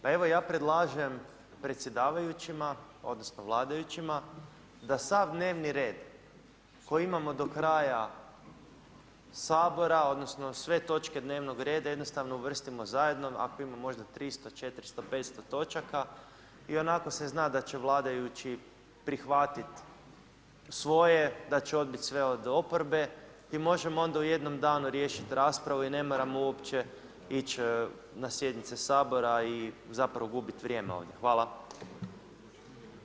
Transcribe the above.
Pa evo ja predlažem predsjedavajućima odnosno vladajućima da sav dnevni red koji imamo do kraja sabora odnosno sve točke dnevnog reda jednostavno uvrstimo zajedno, ako ima možda 300, 400, 500 točaka i onako se zna da će vladajući prihvatit svoje, da će odbit sve od oporbe i možemo onda u jednom danu riješit raspravu i ne moramo uopće ići na sjednice sabora i zapravo gubit vrijeme ovdje.